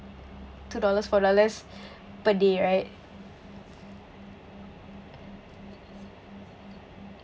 two dollars four dollars per day right